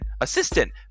assistant